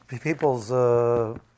people's